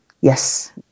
Yes